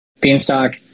Beanstalk